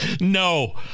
no